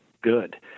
good